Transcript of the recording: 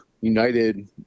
United